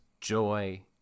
joy